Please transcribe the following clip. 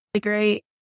great